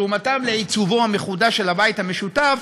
לעיצובו המחודש של הבית המשותף,